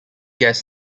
guest